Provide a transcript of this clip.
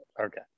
Okay